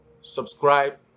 subscribe